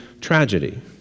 tragedy